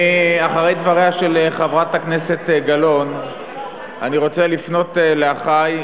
אחרי דבריה של חברת הכנסת גלאון אני רוצה לפנות לאחי,